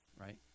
right